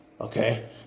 Okay